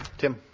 Tim